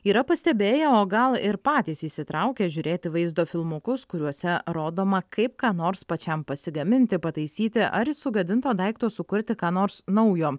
yra pastebėję o gal ir patys įsitraukę žiūrėti vaizdo filmukus kuriuose rodoma kaip ką nors pačiam pasigaminti pataisyti ar iš sugadinto daikto sukurti ką nors naujo